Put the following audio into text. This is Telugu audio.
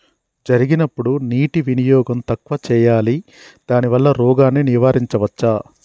జరిగినప్పుడు నీటి వినియోగం తక్కువ చేయాలి దానివల్ల రోగాన్ని నివారించవచ్చా?